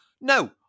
No